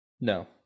No